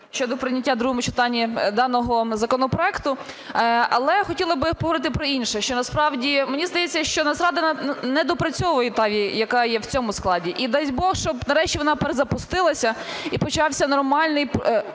щодо прийняття в другому читанні даного законопроекту. Але хотіла би поговорити про інше, що насправді, мені здається, що Нацрада недопрацьовує та, яка є в цьому складі. І дасть Бог, щоб нарешті вона перезапустилася і почався нормальний